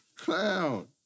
Clown